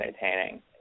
entertaining